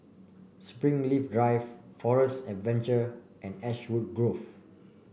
Springleaf Drive Forest Adventure and Ashwood Grove